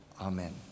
Amen